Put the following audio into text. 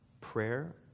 Prayer